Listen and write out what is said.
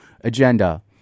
agenda